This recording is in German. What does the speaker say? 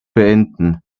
beenden